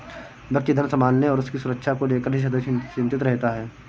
व्यक्ति धन संभालने और उसकी सुरक्षा को लेकर ही सदैव चिंतित रहता है